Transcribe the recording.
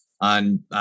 on